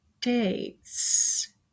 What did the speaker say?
dates